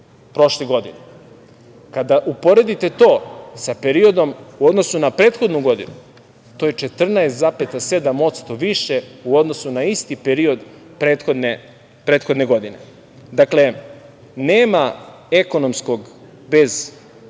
prošle godine. Kada uporedite to sa periodom u odnosu na prethodnu godinu, to je 14,7% više u odnosu na isti period prethodne godine. Dakle, nema ekonomskog bez